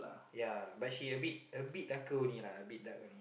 ya but she a bit a bit darker only lah a bit dark only